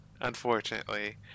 unfortunately